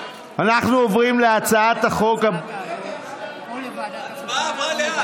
ההצעה עברה לאן?